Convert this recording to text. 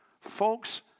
Folks